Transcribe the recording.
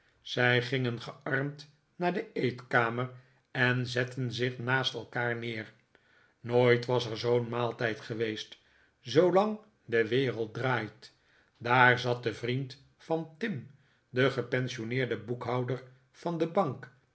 zij gingen gearmd naar de eetkamer en zetten zich naast elkaar neer nooit was er zoo'n maaltijd geweest zoolang de wereld draait daar zat de vriend van tim de gepensionneerde boekhouder van de bank